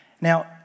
Now